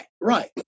right